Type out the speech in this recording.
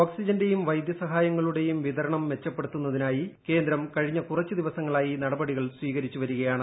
ഓക്സിജന്റെയും വൈദൃസഹായങ്ങളുടെയും വിതരണം മെച്ചപ്പെടുത്തുന്നതിനായി കേന്ദ്രം കഴിഞ്ഞ കുറച്ച് ദിവസങ്ങളായി നടപടികൾ സ്വീകരിച്ചു വരികയാണ്